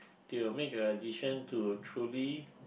to make a decision to truly